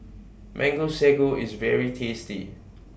Mango Sago IS very tasty